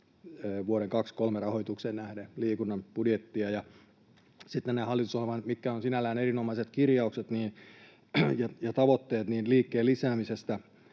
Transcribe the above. vuoden 23 rahoitukseen nähden liikunnan budjettia. Hallitusohjelmassa on sinällään erinomaiset kirjaukset ja tavoitteet liikkeen lisäämisestä,